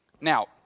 Now